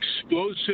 explosive